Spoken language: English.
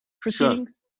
proceedings